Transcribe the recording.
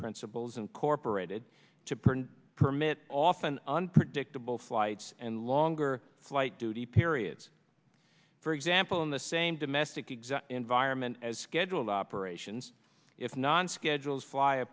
principles incorporated to print permit often unpredictable flights and longer flight duty periods for example in the same domestic exam environment as scheduled operations if non schedules fly a